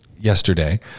yesterday